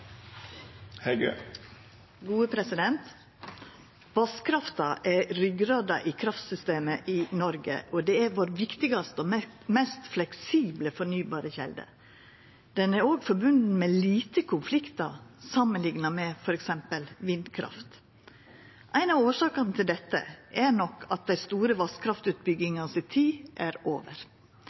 mest fleksible fornybare kjelde. Ho er òg forbunden med lite konfliktar, samanlikna med f.eks. vindkraft. Ei av årsakene til dette er nok at tida for den store vasskraftutbygginga er over.